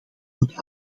moeten